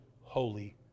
holy